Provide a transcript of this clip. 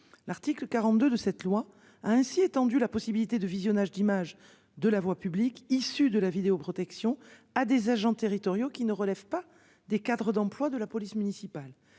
L'article 42 de cette loi a ainsi étendu la possibilité de visionnage d'images de la voie publique, issu de la vidéoprotection à des agents territoriaux qui ne relèvent pas des cadres d'emploi de la police municipale.